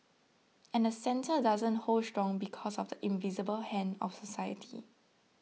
and the centre doesn't hold strong because of the invisible hand of society